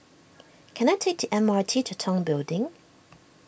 can I take T M R T to Tong Building